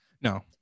No